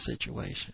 situation